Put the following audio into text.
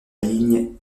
ligne